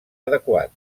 adequat